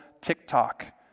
TikTok